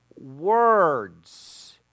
words